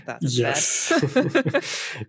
Yes